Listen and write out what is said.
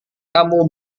kamu